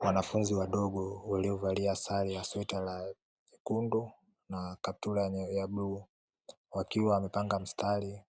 Wanafunzi wadogo waliovalia sare na masweta ya rangi nyekundu na kaptura ya rangi ya bluu. Wakiwa wamepanga mstari